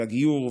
הגיור,